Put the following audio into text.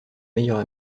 meilleure